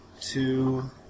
two